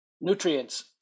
nutrients